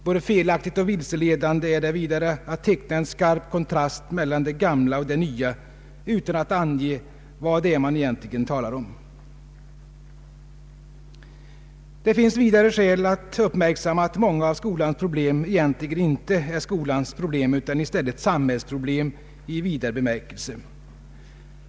Både felaktigt och vilseledande är det vidare att teckna en skarp kontrast mellan det gamla och det nya utan att ange vad man egentligen talar om. Det finns vidare skäl att uppmärksamma att mänga av skolans problem egentligen inte är skolans problem utan i stället samhällsproblem i vid bemärkelse.